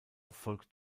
folgt